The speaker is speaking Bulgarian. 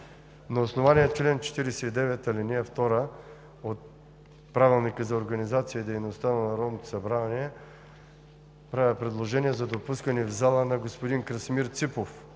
На основание чл. 49, ал. 2 от Правилника за организацията и дейността на Народното събрание правя предложение за допускане в залата на господин Красимир Ципов